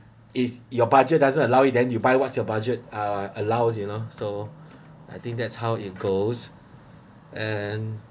if your budget doesn't allow it then you buy what's your budget uh allows you know so I think that's how it goes and